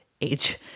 age